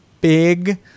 big